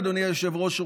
אדוני היושב-ראש,